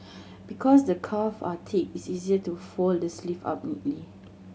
because the cuff are thick it's easier to fold the sleeve up neatly